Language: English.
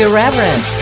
Irreverent